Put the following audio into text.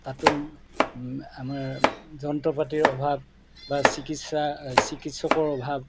তাততো আমাৰ যন্ত্ৰ পাতিৰ অভাৱ বা চিকিৎসা চিকিৎসকৰ অভাৱ